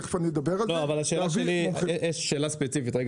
עכשיו